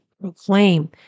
proclaim